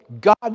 God